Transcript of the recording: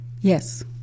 Yes